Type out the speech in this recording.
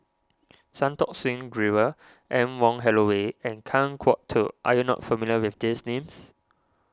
Santokh Singh Grewal Anne Wong Holloway and Kan Kwok Toh are you not familiar with these names